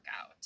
out